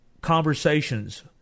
conversations